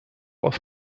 aus